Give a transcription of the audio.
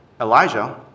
Elijah